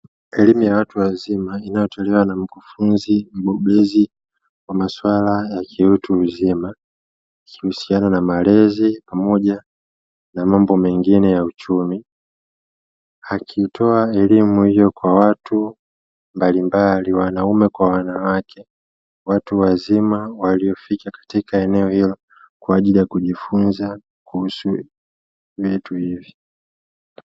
Elimu ya watu wazima inayotolewa na mkufunzi mbobezi wa maswala ya kiutu uzima ikihusiana na malezi pamoja na mambo mengine ya uchumi, akiitoa elimu hiyo kwa watu mbalimbali wanaume kwa wanawake watu wazima waliofika katika eneo hilo kwa ajili ya kujifunza kuhusu vitu hivi.